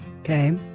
Okay